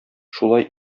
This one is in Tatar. шулай